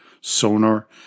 sonar